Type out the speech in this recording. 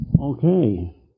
Okay